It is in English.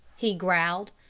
he growled.